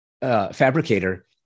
fabricator